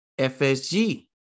FSG